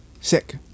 Sick